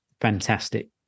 fantastic